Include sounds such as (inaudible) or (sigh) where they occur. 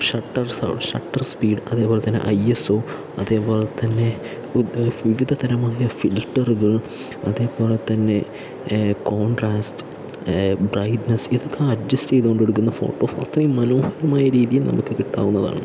shutter സൗ shutter speed അതേപോലെ തന്നെ ഐഎസ്ഒ അതേപോലെ തന്നെ (unintelligible) വിവിധ തരമായ ഫിൽറ്ററുകൾ അതുപോലെ തന്നെ കോൺട്രാസ്റ് ബ്രൈറ്റ്നസ് ഇതൊക്കെ അഡ്ജസ്റ്റ് ചെയ്തോണ്ട് എടുക്കുന്ന ഫോട്ടോസ് അത്രയും മനോഹരമായ രീതിയിൽ നമുക്ക് കിട്ടാവുന്നതാണ്